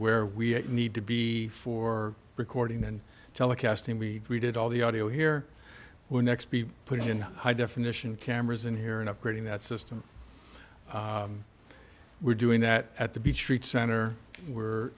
where we need to be for recording and telecasting we did all the audio here we're next be put in high definition cameras in here and upgrading that system we're doing that at the beach street center where